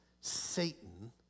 Satan